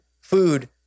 food